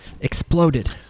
exploded